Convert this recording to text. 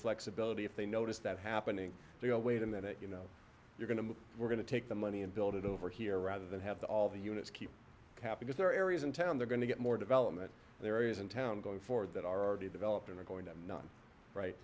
flexibility if they notice that happening they go wait a minute you know you're going to we're going to take the money and build it over here rather than have the all the units keep kapinos there are areas in town they're going to get more development their areas in town going forward that are already developed and are going to not right